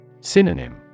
Synonym